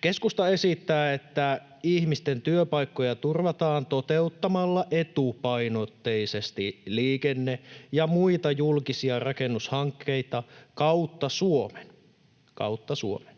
Keskusta esittää, että ihmisten työpaikkoja turvataan toteuttamalla etupainotteisesti liikenne- ja muita julkisia rakennushankkeita kautta Suomen — kautta Suomen.